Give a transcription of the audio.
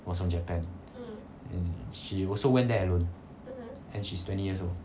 was from japan and she also went there alone and she's twenty years old